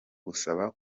gusaba